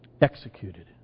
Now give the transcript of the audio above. executed